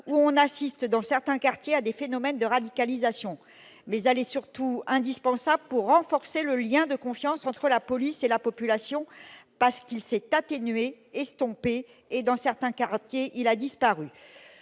où on assiste dans certains quartiers à des phénomènes de radicalisation mais allez surtout indispensable pour renforcer le lien de confiance entre la police et la population parce qu'il s'est atténué, estompé et dans certains quartiers, il a disparu,